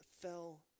fell